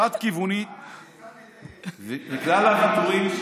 לעם הפלסטיני.